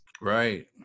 Right